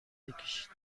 بکشید